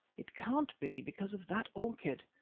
it can't be because of that orchid.